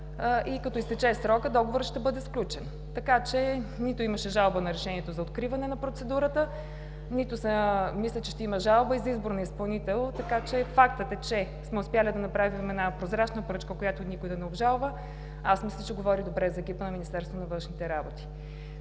и като изтече срокът, договорът ще бъде сключен. Така че нито имаше жалба на решението за откриване на процедурата, нито мисля, че ще има жалба и за избор на изпълнител. Така че фактът е, че сме успели да направим една прозрачна поръчка, която никой да не обжалва, аз мисля, че говори добре за екипа на Министерството на външните работи.